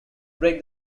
break